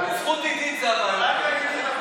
בזכות עידית זה עבר.